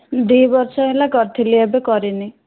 ଦୁଇ ବର୍ଷ ହେଲା କରିଥିଲି ଏବେ କରିନି